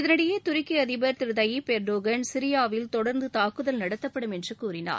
இதனிடையே துருக்கி அதிபா் திரு தையூப் எா்டோகன் சிரியாவில் தொடா்ந்து தாக்குதல் நடத்தப்படும் என்று கூறினார்